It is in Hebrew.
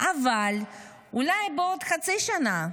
אבל אולי בעוד חצי שנה,